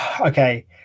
okay